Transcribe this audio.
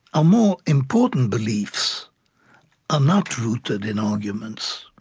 our more important beliefs are not rooted in arguments,